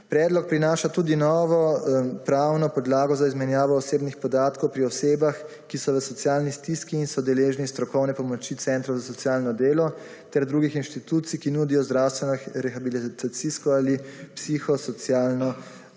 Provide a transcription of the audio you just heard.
Predlog prinaša tudi novo pravno podlago za izmenjavo osebnih podatkov pri osebah, ki so v socialni stiski in so deležni strokovne pomoči centrov za socialno delo ter drugih inštitucij, ki nudijo zdravstveno rehabilitacijsko ali psihosocialno